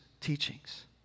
teachings